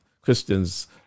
Christians